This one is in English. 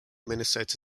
minnesota